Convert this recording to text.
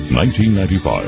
1995